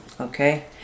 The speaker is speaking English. okay